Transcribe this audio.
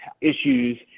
issues